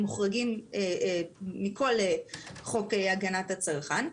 מוחרגים מכל חוק הגנת הצרכן,